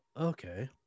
Okay